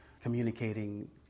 communicating